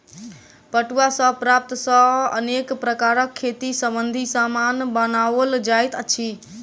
पटुआ सॅ प्राप्त सन सॅ अनेक प्रकारक खेती संबंधी सामान बनओल जाइत अछि